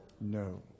No